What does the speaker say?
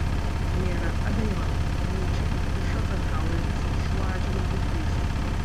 nėra abejonių nyčė ir šopenhaueris šiuo atžvilgiu teisūs